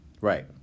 right